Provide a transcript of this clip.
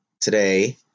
today